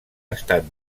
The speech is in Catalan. estat